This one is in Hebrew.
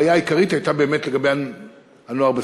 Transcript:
הבעיה העיקרית הייתה באמת לגבי הנוער בסיכון.